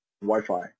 Wi-Fi